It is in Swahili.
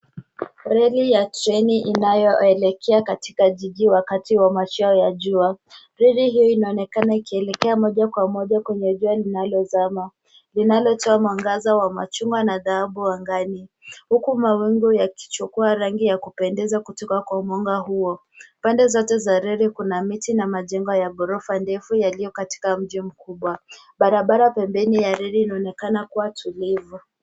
Reli ya treni inayoelekea katika jiji wakati wa machweo ya jua. Reli hii inaonekana ikielelekea moja kwa moja kwenye jua linalozama linalotoa mwangaza wa machungwa na dhahabu angani huku mawingu yakichukua rangi ya kupendeza kutoka kwa mwanga huo. Pande zote za reli kuna miti na majengo ya ghorofa ndefu yaliyo katika mji mkubwa. Barabara pembeni ya reli inaonekana kuwa tulivu.